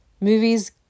Movies